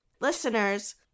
Listeners